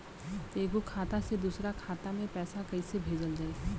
एगो खाता से दूसरा खाता मे पैसा कइसे भेजल जाई?